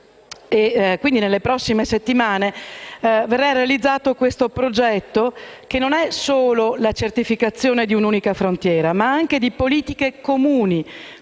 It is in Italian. e nelle prossime settimane verrà realizzato, questo progetto, che non è solo la certificazione di un'unica frontiera, ma anche di politiche comuni